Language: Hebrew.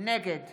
נגד